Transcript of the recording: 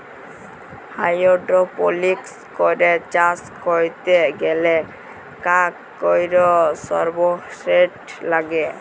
hydroponics করে চাষ ক্যরতে গ্যালে কাক কৈর সাবস্ট্রেট লাগে